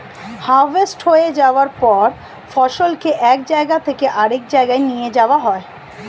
harvest হয়ে যাওয়ার পর ফসলকে এক জায়গা থেকে আরেক জায়গায় নিয়ে যাওয়া হয়